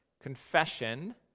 confession